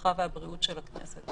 הרווחה והבריאות של הכנסת.